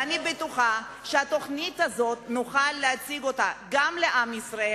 ואני בטוחה שאת התוכנית הזאת נוכל להציג גם לעם ישראל,